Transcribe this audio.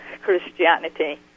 Christianity